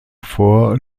vor